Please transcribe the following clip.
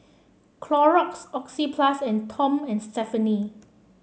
Clorox Oxyplus and Tom and Stephanie